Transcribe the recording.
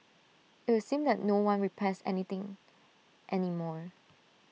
IT would seem that no one repairs any thing any more